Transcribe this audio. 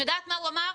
את יודעת מה הוא אמר?